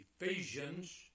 Ephesians